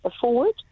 forward